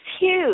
huge